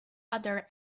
other